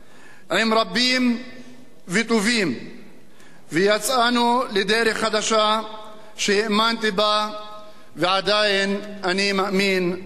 עם רבים וטובים ויצאנו לדרך חדשה שהאמנתי בה ועדיין אני מאמין בה,